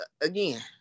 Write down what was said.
Again